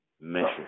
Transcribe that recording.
measure